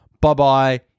Bye-bye